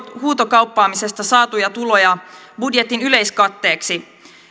huutokauppaamisesta saatuja tuloja budjetin yleiskatteeksi